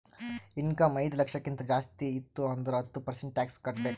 income ಐಯ್ದ ಲಕ್ಷಕ್ಕಿಂತ ಜಾಸ್ತಿ ಇತ್ತು ಅಂದುರ್ ಹತ್ತ ಪರ್ಸೆಂಟ್ ಟ್ಯಾಕ್ಸ್ ಕಟ್ಟಬೇಕ್